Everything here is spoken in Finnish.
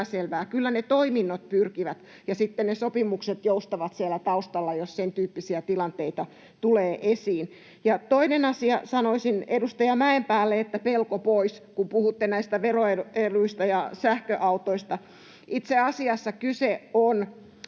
epäselvää. Kyllä ne toiminnot pyrkivät, ja sitten ne sopimukset joustavat siellä taustalla, jos sentyyppisiä tilanteita tulee esiin. Toinen asia: Sanoisin edustaja Mäenpäälle, että pelko pois, kun puhutte näistä veroeduista ja sähköautoista. Itse asiassa kyse on